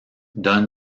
donne